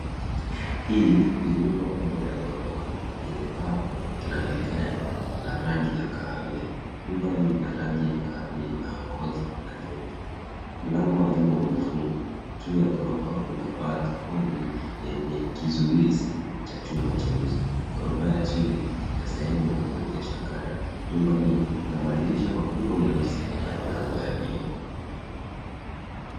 Hii ni nyumba kubwa ya ghorofa, yenye paa la vigae la rangi ya kahawia. Nyumba hii na rangi ya kahawia inayokoza, na joto. Mlango wa nyuma umefungwa. Juu ya ghorofa kuna balcony , yenye kizuizi cha chumba cheusi, ghorofa ya chini, na sehemu ya kuwekesha gari. Nyumba hii, ina madirisha makubwa meusi, na milango.